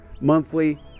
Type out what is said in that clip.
monthly